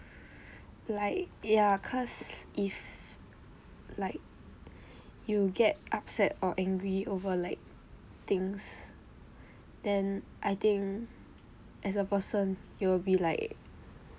like ya cause if like you get upset or angry over like things then I think as a person you will be like